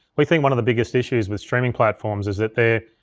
we think one of the biggest issues with streaming platforms is that there,